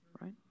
right